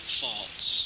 faults